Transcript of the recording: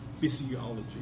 physiology